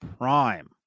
Prime